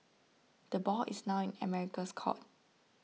the ball is now in America's court